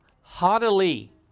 haughtily